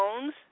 phones